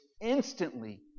instantly